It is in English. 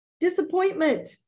Disappointment